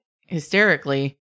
hysterically